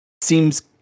seems